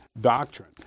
doctrine